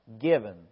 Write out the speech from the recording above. given